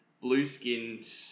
blue-skinned